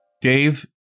Dave